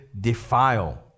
defile